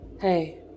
Hey